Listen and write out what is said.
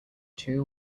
two